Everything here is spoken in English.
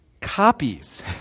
copies